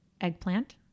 eggplant